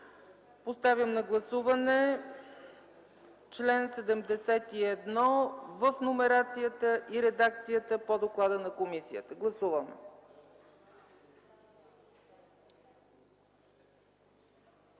Поставям на гласуване чл. 71 в номерацията и редакцията по доклада на комисията. Гласували